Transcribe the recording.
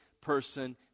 person